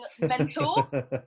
mentor